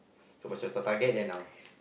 so what's your target then now